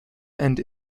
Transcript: and